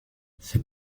ses